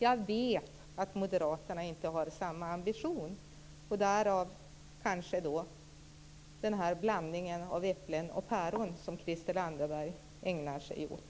Jag vet att Moderaterna inte har samma ambition, och därav kanske denna blandning av äpplen och päron som Christel Anderberg ägnar sig åt.